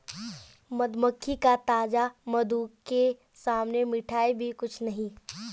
मधुमक्खी का ताजा मधु के सामने मिठाई भी कुछ नहीं